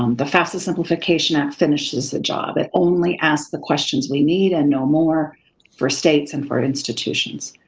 um the fafsa simplification act finishes the job. it only asks the questions we need and no more for states and for institutions.